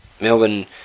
Melbourne